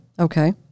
Okay